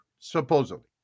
supposedly